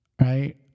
right